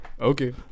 Okay